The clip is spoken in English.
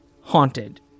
haunted